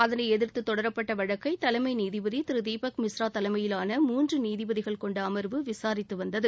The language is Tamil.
அதனை எதிர்த்து தொடரப்பட்ட வழக்கை தலைமை நீதிபதி திரு தீபக் மிஸ்ரா தலைமையிலான மூன்று நீதிபதிகள் கொண்ட அம்வு விசாரித்து வந்தது